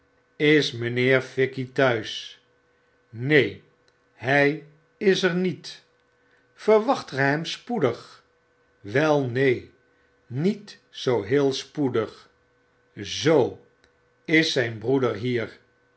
is mynheer fikey t'huis v neen hij is er niet verwachtge hem spoedig wel neen niet zoo heel spoedig zoo is zyn broeder hier